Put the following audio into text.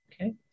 Okay